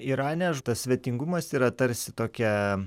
irane svetingumas yra tarsi tokia